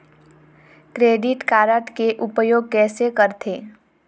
Credit card के उपयोग कैसे करथे?